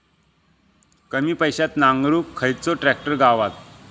कमी पैशात नांगरुक खयचो ट्रॅक्टर गावात?